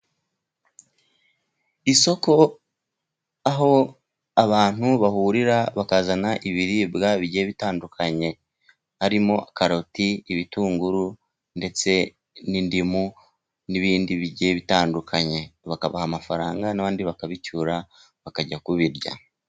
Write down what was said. Isoko aho abantu bahurira bakazana ibiribwa bigiye bitandukanye harimo: karoti, ibitunguru ndetse n'indimu n'ibindi bigiye bitandukanye, bakabaha amafaranga n'abandi bakabicyura bakajya kubirya.